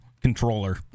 controller